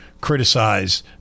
criticize